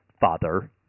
father